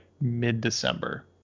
mid-December